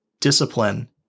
discipline